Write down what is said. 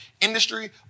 industry